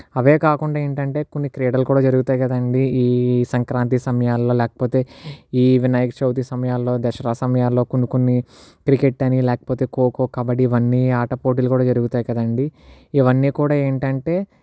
అవే కాకుండా ఏంటంటే కొన్ని క్రీడలు కూడా జరుగుతాయి కదండీ ఈ సంక్రాంతి సమయాలలో లేకపోతే ఈ వినాయక చవితి సమయాల్లో దసరా సమయాల్లో కొన్ని కొన్ని క్రికెట్ అని లేకపోతే కోకో కబడ్డీ ఇవన్నీ ఆట పోటీలు కూడా జరుగుతాయి ఇవ్వన్ని కూడా ఏంటంటే